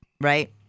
Right